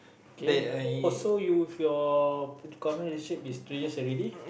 okay also you with your uh current relationship is three years already